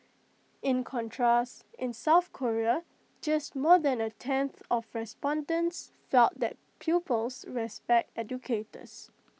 in contrast in south Korea just more than A tenth of respondents felt that pupils respect educators